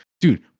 Dude